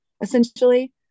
essentially